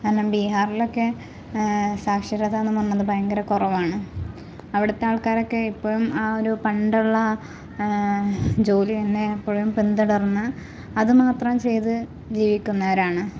കാരണം ബീഹാർലക്കെ സാക്ഷരതാന്ന് പറയണത് ഭയങ്കര കുറവാണ് അവിടത്തെ ആള്ക്കാരൊക്കെ ഇപ്പം ആ ഒരു പണ്ടുള്ള ജോലി തന്നെ എപ്പോഴും പിന്തുടര്ന്ന് അതുമാത്രം ചെയ്ത് ജീവിക്കുന്നവരാണ്